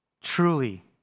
Truly